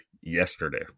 yesterday